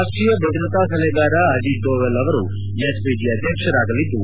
ರಾಷ್ಷೀಯ ಭದ್ರತಾ ಸಲಹೆಗಾರ ಅಜಿತ್ ದೋವಲ್ ಅವರು ಎಸ್ಪಿಜಿ ಅಧ್ಯಕ್ಷರಾಗಲಿದ್ದು